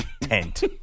tent